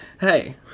Hey